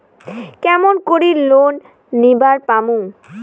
কেমন করি লোন নেওয়ার পামু?